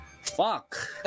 fuck